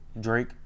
Drake